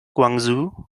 guangzhou